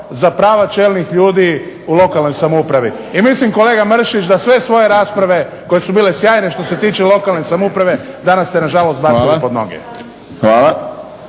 za prava čelnih ljudi u lokalnoj samoupravi i mislim kolega Mršić da sve svoje rasprave koje su bile sjajne što se tiče lokalne samouprave danas ste na žalost bacili pod noge.